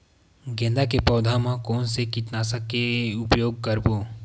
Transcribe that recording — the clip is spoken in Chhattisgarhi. गेंदा के पौधा म कोन से कीटनाशक के उपयोग करबो?